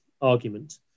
argument